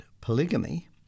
polygamy